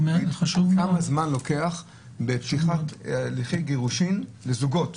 כמה זמן לוקח מעת פתיחת הליכי גירושין לזוגות